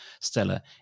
Stella